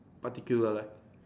particular like